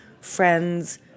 friends